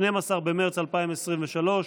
12 במרץ 2023,